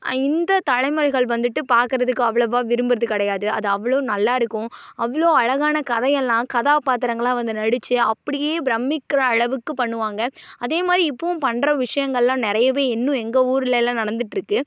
இந்த தலைமுறைகள் வந்துட்டு பார்க்குறதுக்கு அவ்வளோவா விரும்புகிறது கிடையாது அது அவ்வளோ நல்லா இருக்கும் அவ்வளோ அழகான கதை எல்லாம் கதாப்பாத்திரங்களாக வந்து நடித்து அப்படியே பிரம்மிக்கிற அளவுக்கு பண்ணுவாங்க அதேமாதிரி இப்போவும் பண்ணுற விஷயங்கள்லாம் நிறையவே இன்னும் எங்கள் ஊர்லெல்லாம் நடந்துட்டு இருக்குது